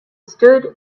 stood